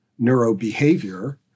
neurobehavior